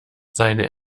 seine